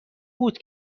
بود